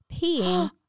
peeing